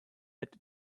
had